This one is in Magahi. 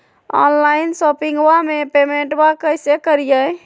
ऑनलाइन शोपिंगबा में पेमेंटबा कैसे करिए?